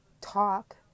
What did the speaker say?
talk